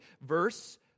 Verse